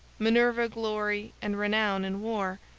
minerva glory and renown in war,